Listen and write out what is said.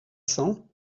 sang